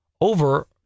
over